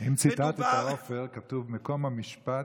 אם ציטטת, עופר, כתוב: מקום המשפט,